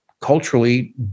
culturally